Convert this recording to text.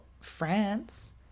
France